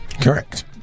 correct